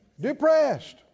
Depressed